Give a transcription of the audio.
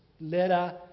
letter